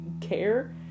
care